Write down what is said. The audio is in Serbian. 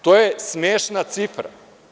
To je smešna cifra.